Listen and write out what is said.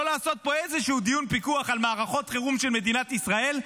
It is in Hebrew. לא לעשות פה איזשהו דיון פיקוח על מערכות חירום של מדינת ישראל,